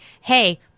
Hey